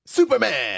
Superman